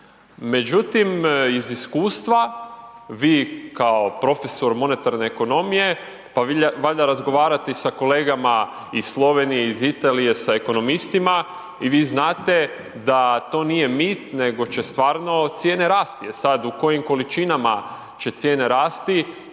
međutim iz iskustva vi kao profesor monetarne ekonomije pa valjda razgovarate sa kolegama iz Slovenije iz Italije sa ekonomistima i vi znate da to nije mit nego će stvarno cijene rasti, e sad u kojim količinama će cijene rasti